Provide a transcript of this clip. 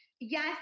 yes